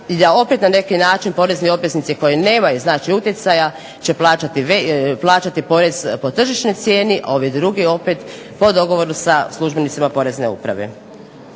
i da opet na neki način porezni obveznici koji nemaju znači utjecaja će plaćati porez po tržišnoj cijeni, a ovi drugi opet po dogovoru sa službenicima Porezne uprave.